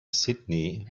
sydney